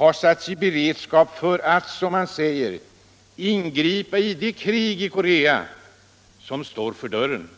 har satts i beredskap för att, som man säger, ingripa i det krig i Korea som står för dörren.